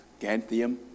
Ganthium